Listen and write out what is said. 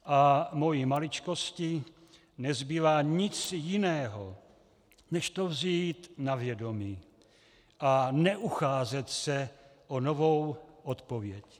A mojí maličkosti nezbývá nic jiného než to vzít na vědomí a neucházet se o novou odpověď.